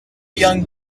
young